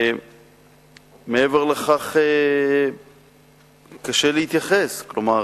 מעבר לכך, קשה להתייחס, כלומר: